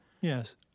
Yes